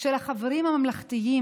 החברים הממלכתיים,